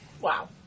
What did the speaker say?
Wow